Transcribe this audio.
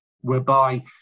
whereby